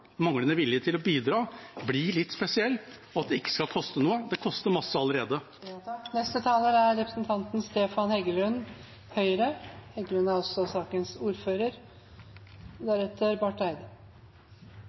manglende vilje til å bidra blir litt spesiell: Det skal ikke koste noe. Det koster masse allerede.